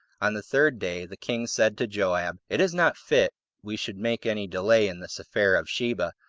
on the third day the king said to joab, it is not fit we should make any delay in this affair of sheba,